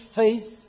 faith